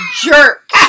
jerk